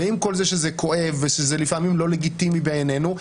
ועם כל זה שזה כואב ושזה לפעמים לא לגיטימי בעינינו,